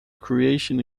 recreation